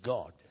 God